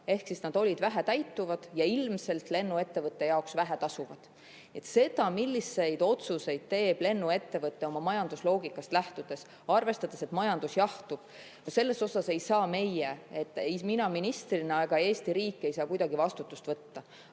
ehk need lennud olid vähetäituvad ja ilmselt lennuettevõtte jaoks vähetasuvad. Selle eest, milliseid otsuseid teeb lennuettevõte oma majandusloogikast lähtudes, arvestades, et majandus jahtub, ei saa meie – ei mina ministrina ega Eesti riik – kuidagi vastutust võtta.